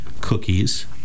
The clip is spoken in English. cookies